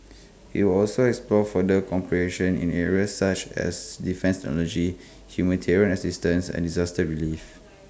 IT will also explore further in areas such as defence technology humanitarian assistance and disaster relief